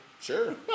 sure